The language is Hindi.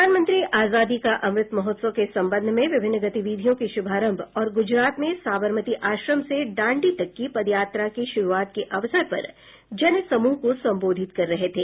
प्रधानमंत्री आज़ादी का अमृत महोत्सव के संबंध में विभिन्न गतिविधियों के शुभारंभ और गुजरात में साबरमती आश्रम से दांडी तक की पदयात्रा के शुरूआत के अवसर पर जन समूह को संबोधित कर रहे थे